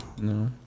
No